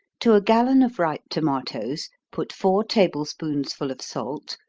to a gallon of ripe tomatos, put four table spoonsful of salt,